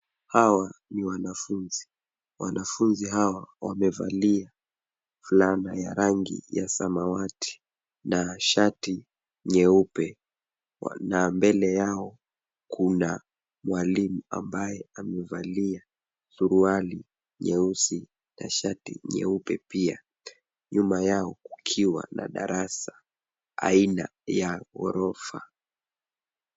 Hawa ni wanafunzi. Wanafunzi hawa wamevalia fulana ya rangi ya samawati na shati nyeupe na mbele yao kuna mwalimu ambaye amevalia suruali nyeusi na shati nyeupe pia. Nyuma yao kukiwa na darasa aina ya ghorofa.